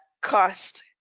cost